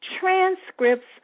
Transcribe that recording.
transcripts